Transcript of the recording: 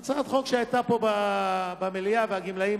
זו הצעת חוק שהיתה פה במליאה, והגמלאים